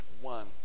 one